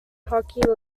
hockey